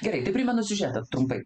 gerai tai primenu siužetą trumpai